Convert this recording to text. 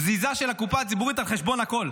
בזיזה של הקופה הציבורית על חשבון הכול,